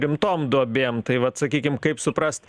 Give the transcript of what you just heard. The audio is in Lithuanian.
rimtom duobėm tai vat sakykim kaip suprast